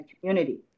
community